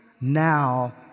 now